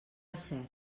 cert